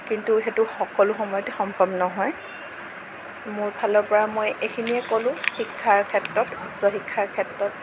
কিন্তু সেইটো সকলো সময়তে সম্ভৱ নহয় মোৰ ফালৰ পৰা মই এইখিনিয়েই ক'লো শিক্ষাৰ ক্ষেত্ৰত উচ্চ শিক্ষাৰ ক্ষেত্ৰত